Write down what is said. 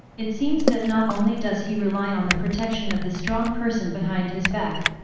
it seems that not only does he rely on the protection of the strong person behind his back,